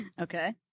okay